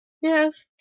Yes